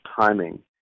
timing